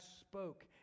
spoke